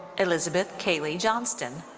elizabeth kaleigh johnston.